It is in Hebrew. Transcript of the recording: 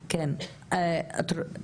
להכיר בסוג כזה של אלימות,